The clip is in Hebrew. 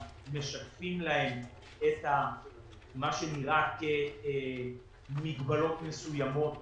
משקפים להם את מה שנראה כמגבלות מסוימות